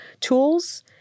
tools